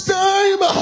time